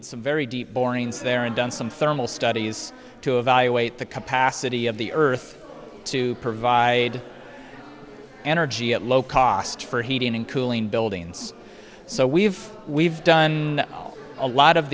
some very deep borings there and done some thermal studies to evaluate the capacity of the earth to provide energy at low cost for heating and cooling buildings so we've we've done a lot of